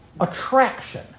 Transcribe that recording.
attraction